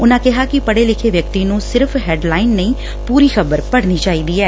ਉਨੂਾ ਕਿਹਾ ਕਿ ਪੜੇ ਲੈਖੇ ਵਿਅਕਤੀ ਨੂੰ ਸਿਰਫ਼ ਹੈੱਡਲਾਈਨ ਨਹੀਂ ਪੁਰੀ ਖ਼ਬਰ ਪੜਣੀ ਚਾਹੀਦੀ ਐ